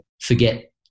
forget